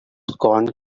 gone